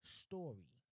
story